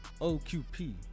OQP